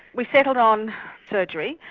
we settled on surgery.